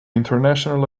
international